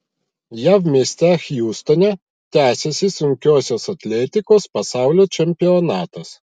jav mieste hjustone tęsiasi sunkiosios atletikos pasaulio čempionatas